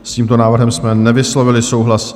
S tímto návrhem jsme nevyslovili souhlas.